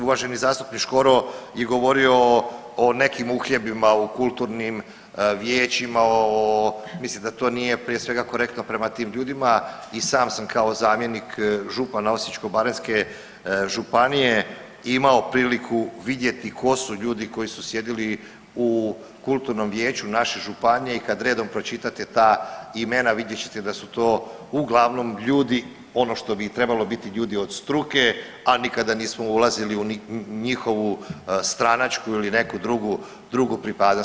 Uvaženi zastupnik Škoro je govorio o, o nekim uhljebima u kulturnim vijećima, o, mislim da to nije prije svega korektno prema tim ljudima i sam sam kao zamjenik župana Osječko-baranjske županije imao priliku vidjeti ko su ljudi koji su sjedili u kulturnom vijeću naše županije i kad redom pročitate ta imena vidjet ćete da su to uglavnom ljudi, ono što bi i trebalo biti, ljudi od struke, a nikada nismo ulazili u njihovu stranačku ili neku drugu, drugu pripadnost.